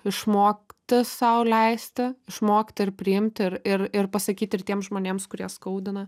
išmokti sau leisti išmokti ir priimti ir ir ir pasakyti ir tiem žmonėms kurie skaudina